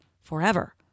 forever